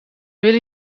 willen